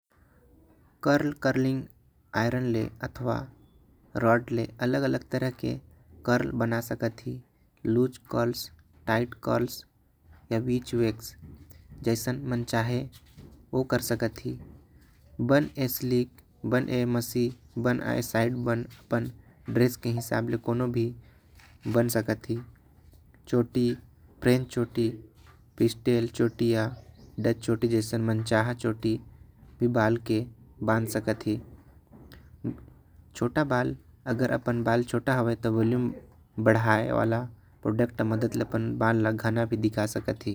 कर curling iron ले अथवा आयरन रोड ले अलग अलग कर्ल बना सकत। ही कुछ कॉल्स टाइट कॉल्स जैसन मन चाहे कुछ मन चाहे ओ कर सकत। ही बन ए शालिक बन ए मासी बन आई साइड बन अपन अपन ड्रेस के हिसाब ले। कोनो भी बन सकत ही चोटी प्रेम चोटी पिस्टल चोटिया जैसन मनचाहा चोटी। अपन बाल के बांध सकत ही छोटा बाल अगर अपन बाल छोटा होए तो बढ़ाई। वाला प्रोडक्ट के मदद लगा अपन बाल ल घना दिखा सकत ही।